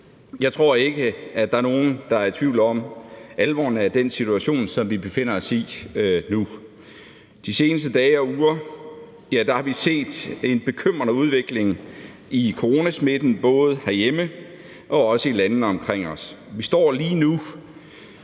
Jeg tror ikke, at der er nogen, der er i tvivl om alvoren af den situation, som vi befinder os i nu. De seneste dage og uger har vi set en bekymrende udvikling i coronasmitten både herhjemme og også i landene omkring os. Vi står lige nu